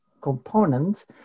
components